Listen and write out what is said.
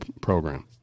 program